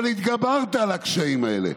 אבל התגברת על הקשיים האלה,